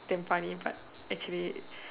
damn funny but actually it